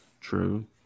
True